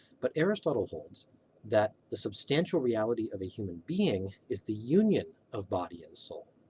but aristotle holds that the substantial reality of a human being is the union of body and soul.